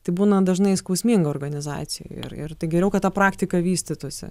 tai būna dažnai skausminga organizacijai ir ir tai geriau kad ta praktika vystytųsi